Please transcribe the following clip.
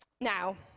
now